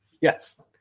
Yes